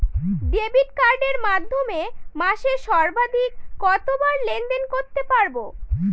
Debit কার্ডের মাধ্যমে মাসে সর্বাধিক কতবার লেনদেন করতে পারবো?